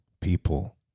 people